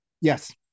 Yes